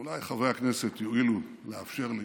אולי חברי הכנסת יואילו לאפשר לי